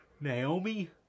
Naomi